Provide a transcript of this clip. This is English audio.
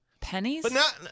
Pennies